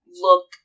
look